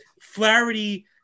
Flaherty